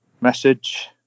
message